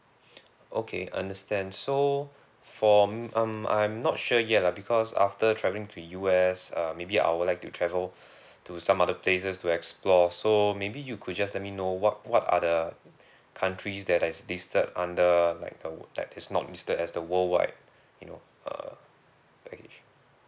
okay understand so for mm um I'm not sure yet lah because after travelling to U_S uh maybe I would like to travel to some other places to explore so maybe you could just let me know what what are the countries that are listed under like you know like is not listed as the worldwide you know err package